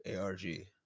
ARG